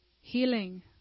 healing